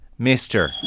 mr